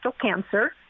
cancer